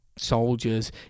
soldiers